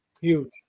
Huge